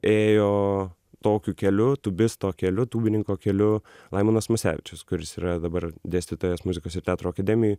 ėjo tokiu keliu tubisto keliu tūbininko keliu laimonas masevičius kuris yra dabar dėstytojas muzikos ir teatro akademijoj